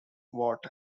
watt